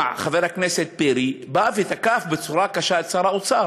חבר הכנסת פרי בא ותקף בצורה קשה את שר האוצר.